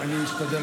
הוא צודק,